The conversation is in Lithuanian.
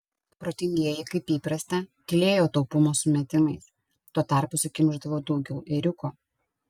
protingieji kaip įprasta tylėjo taupumo sumetimais tuo tarpu sukimšdavo daugiau ėriuko